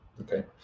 Okay